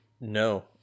no